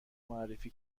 معرفی